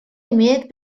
имеет